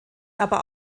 aber